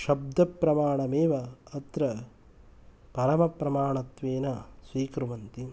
शब्दप्रमाणम् एव अत्र परमप्रमाणत्वेन स्वीकुर्वन्ति